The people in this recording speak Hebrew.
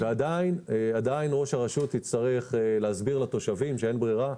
ועדיין ראש הרשות יצטרך להסביר לתושבים שאין ברירה,